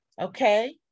Okay